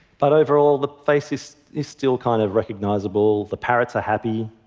but overall, the face is is still kind of recognizable, the parrots are happy.